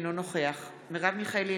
אינו נוכח מרב מיכאלי,